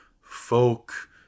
folk